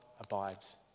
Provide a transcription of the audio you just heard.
abides